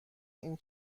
این